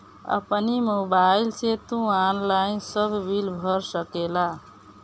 अपनी मोबाइल से तू ऑनलाइन सब बिल भर सकेला